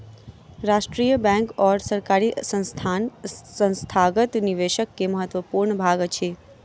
राष्ट्रीय बैंक और सरकारी संस्थान संस्थागत निवेशक के महत्वपूर्ण भाग अछि